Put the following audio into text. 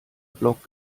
block